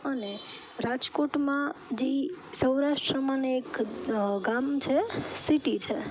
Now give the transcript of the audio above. અને રાજકોટમાં જે સૌરાષ્ટ્રમાં ને એક ગામ છે સિટી છે